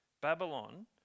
Babylon